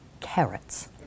carrots